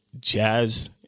jazz